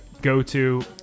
go-to